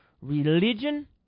religion